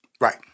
Right